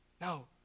No